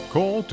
Call